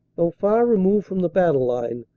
though far removed from the battle line,